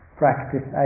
practice